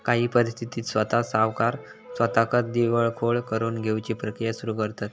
काही परिस्थितीत स्वता सावकार स्वताकच दिवाळखोर करून घेउची प्रक्रिया सुरू करतंत